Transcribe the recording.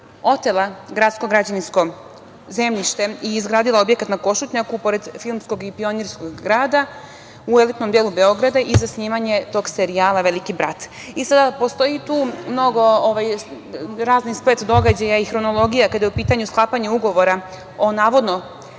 gradsko građevinsko zemljište i izgradila objekat na Košutnjaku pored Filmskog i Pionirskog grada, u elitnom delu Beograda, za snimanje tog serijala Veliki brat. Postoji tu razni splet događaja i hronologija, kada je u pitanju sklapanje ugovora o navodno